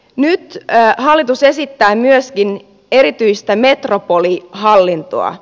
nyt hallitus esittää myöskin erityistä metropolihallintoa